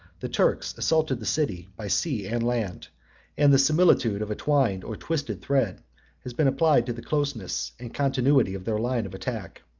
the turks assaulted the city by sea and land and the similitude of a twined or twisted thread has been applied to the closeness and continuity of their line of attack.